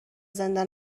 زنده